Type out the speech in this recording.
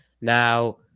Now